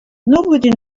nobody